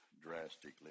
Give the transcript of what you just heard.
drastically